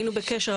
היינו בקשר,